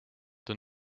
the